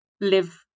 live